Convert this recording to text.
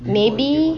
maybe